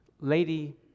lady